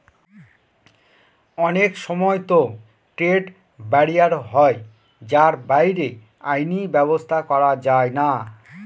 অনেক সময়তো trade barrier হয় যার বাইরে আইনি ব্যাবস্থা করা যায়না